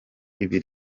ibi